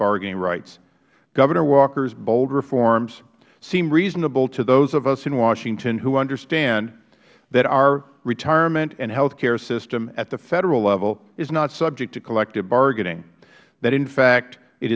bargaining rights governor walkers bold reforms seem reasonable to those of us in washington who understand that our retirement and health care system at the federal level is not subject to collective bargaining but in fact it